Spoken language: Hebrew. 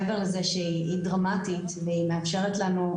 מעבר לזה שהיא דרמטית והיא מאפשרת לנו,